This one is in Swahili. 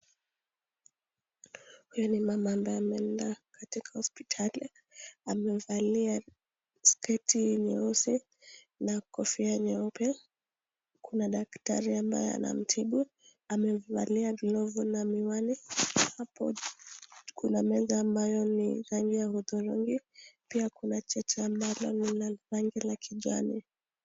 Huyu ni mama ambaye amelala Kwa hospitali amefalia skati nyeuzi na kofia nyeupe Kuna daktari ambaye anatibu amefalia kilovu na miwani hapo Kuna meza ambayo ni rangi ya uturungi pia Kuna jaja linafanya na kikali.